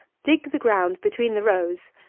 dig the ground between the rows,